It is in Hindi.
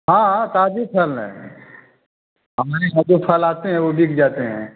हाँ हाँ ताज़े फल है हम रोज़ का लाते हैं वे बिक जाते हैं